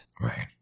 Right